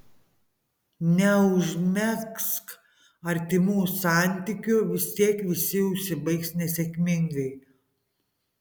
neužmegzk artimų santykių vis tiek visi užsibaigs nesėkmingai